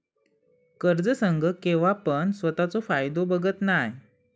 कर्ज संघ केव्हापण स्वतःचो फायदो बघत नाय